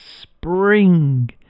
spring